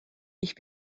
ich